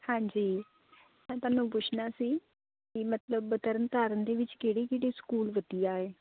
ਹਾਂਜੀ ਮੈ ਤੁਹਾਨੂੰ ਪੁੱਛਣਾ ਸੀ ਕਿ ਮਤਲਬ ਤਰਨ ਤਾਰਨ ਦੇ ਵਿੱਚ ਕਿਹੜੀ ਕਿਹੜੇ ਸਕੂਲ ਵਧੀਆ ਹੈ